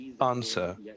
answer